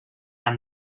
han